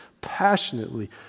passionately